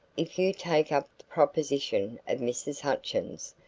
if you take up the proposition of mrs. hutchins,